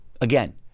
Again